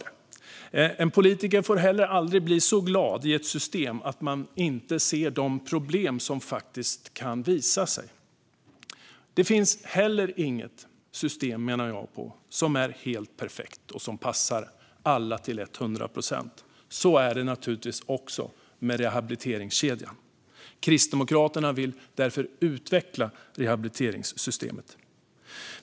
En politiker får aldrig bli så glad i ett system att man inte ser de problem som faktiskt kan visa sig. Det finns, menar jag, inget system som är helt perfekt och passar alla till etthundra procent. Så är det naturligtvis också med rehabiliteringskedjan. Kristdemokraterna vill därför utveckla rehabiliteringssystemet.